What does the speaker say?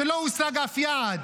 שלא הושג אף יעד.